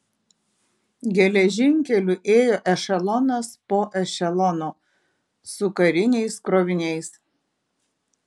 geležinkeliu ėjo ešelonas po ešelono su kariniais kroviniais